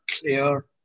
clear